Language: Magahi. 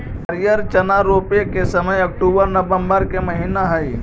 हरिअर चना रोपे के समय अक्टूबर नवंबर के महीना हइ